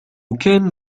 كِن